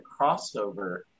crossover